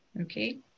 Okay